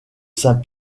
saint